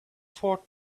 fourth